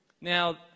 Now